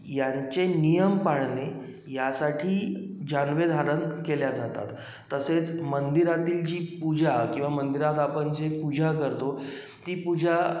यांचे नियम पाळणे यांसाठी जानवे धारण केले जातात तसेच मंदिरातील जी पूजा किवा मंदिरात आपण जे पूजा करतो ती पूजा